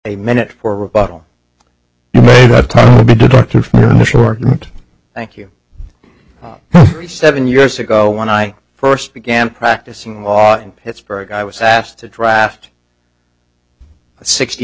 a minute or republic not sure thank you seven years ago when i first began practicing law in pittsburgh i was asked to draft i sixty